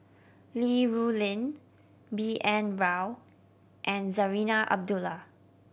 Li Rulin B N Rao and Zarinah Abdullah